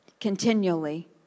continually